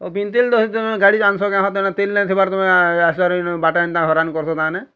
ହ ବିନ୍ଦ୍ ଥିଲି ତ ସେ ଦିନ ଗାଡ଼ି ତେଲ୍ ନେଇଥିବାର୍ ତମେ ରାସ୍ତାରେ ବାଟେ ଏମ୍ତା ହଇରାଣ୍ କରୁଥିବ ତାମାନେ